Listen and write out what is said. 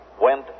went